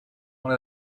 one